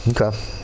Okay